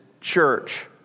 church